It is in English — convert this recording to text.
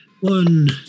One